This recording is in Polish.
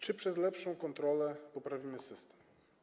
Czy przez lepszą kontrolę poprawimy system?